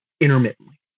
intermittently